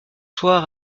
soir